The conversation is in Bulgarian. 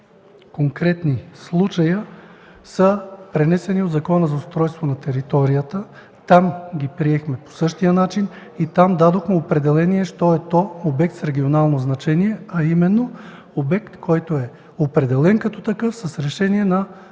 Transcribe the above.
10 конкретни случая са пренесени от Закона за устройството на територията. Там ги приехме по същия начин и там дадохме определение що е то обект с регионално значение, а именно обект, който е определен като такъв с решение на